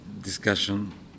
discussion